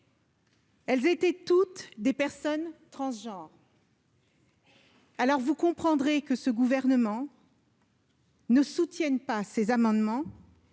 Elles étaient toutes des personnes transgenres. Aussi, vous comprendrez que ce gouvernement ne soutienne pas ces amendements,